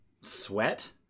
sweat